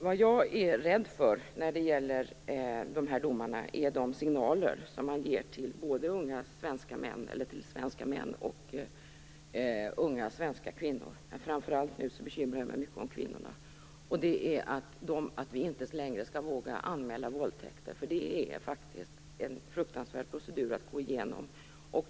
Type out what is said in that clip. Vad jag är rädd för när det gäller dessa domar är de signaler som man ger till svenska män men framför allt till unga svenska kvinnor, nämligen att vi kvinnor inte längre skall våga anmäla våldtäkter. Det är faktiskt en fruktansvärd procedur att gå igenom.